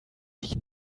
dich